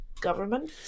government